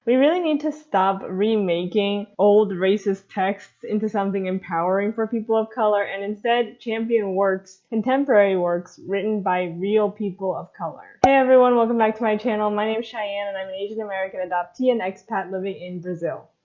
we really need to stop remaking old racist texts into something empowering for people of color and instead champion works, contemporary works, written by real people of color. hey everyone welcome back to my channel! my name is cheyenne and i'm an asian american adoptee and expat living in brazil.